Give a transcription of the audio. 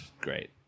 great